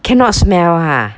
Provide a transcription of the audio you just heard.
cannot smell ha